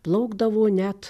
plaukdavo net